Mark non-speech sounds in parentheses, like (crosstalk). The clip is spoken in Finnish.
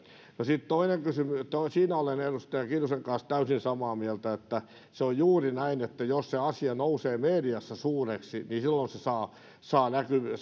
sitten toinen kysymys ja siinä olen edustaja kiljusen kanssa täysin samaa mieltä että se on juuri näin että jos asia nousee mediassa suureksi niin silloin se saa näkyvyyttä (unintelligible)